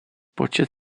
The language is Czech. počet